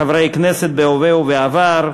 חברי כנסת בהווה ובעבר,